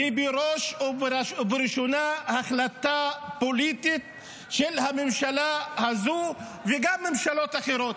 הן בראש ובראשונה החלטה פוליטית של הממשלה הזו וגם של ממשלות אחרות,